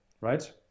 right